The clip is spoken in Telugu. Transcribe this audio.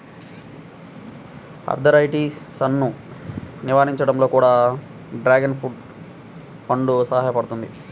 ఆర్థరైటిసన్ను నివారించడంలో కూడా డ్రాగన్ ఫ్రూట్ పండు సహాయపడుతుంది